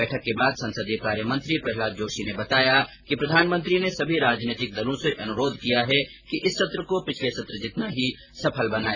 बैठक के बाद संसदीय कार्य मंत्री प्रहलाद जोशी ने बताया कि प्रधानमंत्री ने सभी राजनीतिक दलों से अनुरोध किया है कि इस सत्र को पिछले सत्र जितना ही सफल बनाए